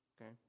okay